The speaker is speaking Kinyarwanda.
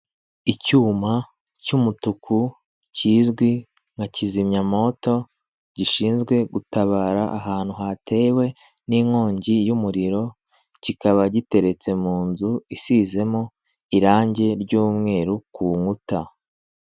Icyuma cy'umutuku kizwi nka kizimyamwoto gishinzwe gutabara ahantu hatewe n'inkongi y'umuriro kikaba giteretse mu nzu isizemo irangi ry'mweru ku nkuta.